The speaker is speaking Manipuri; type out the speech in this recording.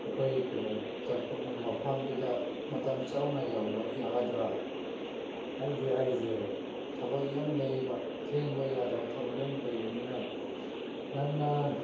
ꯑꯩꯈꯣꯏ ꯀꯩꯅꯣ ꯆꯠꯄ ꯃꯐꯝꯗꯨꯗ ꯃꯇꯝ ꯆꯥꯅ ꯌꯧꯕ ꯌꯥꯒꯗ꯭ꯔꯥ ꯍꯥꯏꯕꯗꯤ ꯑꯩꯁꯦ ꯊꯕꯛ ꯌꯥꯝ ꯂꯩꯌꯦꯕ ꯊꯦꯡꯕ ꯌꯥꯗꯕ ꯊꯕꯛ ꯌꯥꯝ ꯂꯩꯕꯅꯤꯅ ꯅꯪꯅ